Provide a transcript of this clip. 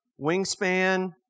wingspan